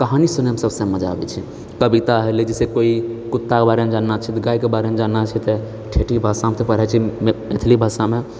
कहानी सुनयमे सबसँ मजा आबैछेै कविता भेले जैसे कोइ कुत्ताके बारेमे जानना छै तऽ गायके बारेमे जानना छै तऽ ठेठी भाषामे तऽ पढ़ए छै मैथिली भाषामे